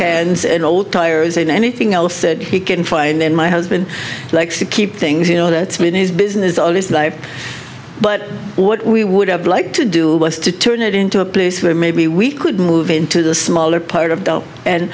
tools and old old tires and anything else said he can find then my husband likes to keep things you know that his business all his life but what we would have liked to do was to turn it into a place where maybe we could move into the smaller part of and